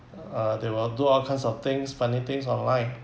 uh they will do all kinds of things funny things online